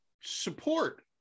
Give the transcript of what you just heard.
support